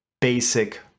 basic